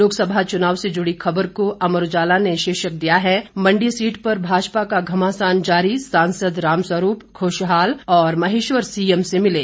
लोकसभा चुनाव से जुड़ी खबर को अमर उजाला ने शीर्षक दिया है मंडी सीट पर भाजपा का घमासान जारी सांसद रामस्वरूप खुशाल और महेश्वर सीएम से मिले